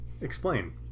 Explain